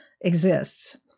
exists